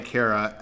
Kara